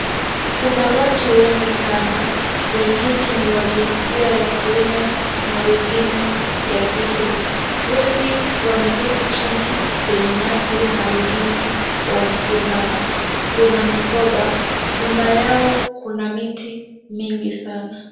Kuna watu wengi sana, wengine ni wa jinsia ya kiume na wengine ya kike. Wengi wameketi chini kwenye nyasi, na wengine wamesimama. Kuna mikoba, nyuma yao kuna miti mingi sana.